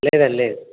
లేదండి లేదు